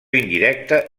indirecta